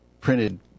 printed